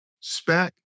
spec